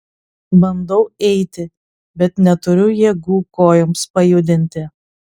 bandau eiti bet neturiu jėgų kojoms pajudinti